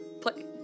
Play